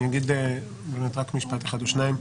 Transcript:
אני אגיד באמת רק משפט אחד או שניים.